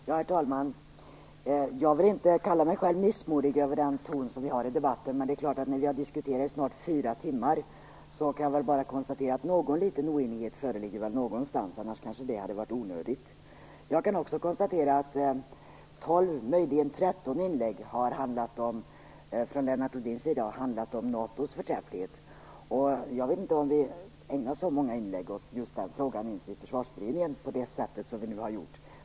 Herr talman! Jag vill inte kalla mig själv missmodig över den ton som vi har i debatten, men när vi har diskuterat i snart fyra timmar kan jag konstatera att det nog föreligger någon liten oenighet någonstans - annars kanske det hade varit onödigt. Jag kan också konstatera att 12, möjligen 13, inlägg från Lennart Rohdin har handlat om NATO:s förträfflighet. Jag vet inte om vi ens i Försvarsberedningen ägnade så många inlägg åt just den frågan, på det sätt som vi nu har gjort.